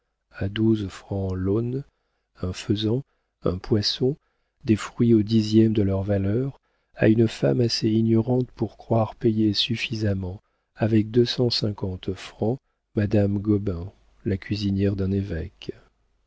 à douze francs l'aune un faisan un poisson des fruits au dixième de leur valeur à une femme assez ignorante pour croire payer suffisamment avec deux cent cinquante francs madame gobain la cuisinière d'un évêque